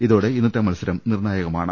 ഇതോടെ ഇന്നത്തെ മത്സരം നിർണായകമാണ്